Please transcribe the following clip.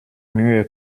mühe